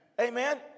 Amen